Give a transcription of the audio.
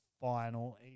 final